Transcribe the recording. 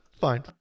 Fine